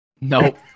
Nope